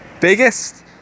biggest